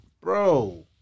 bro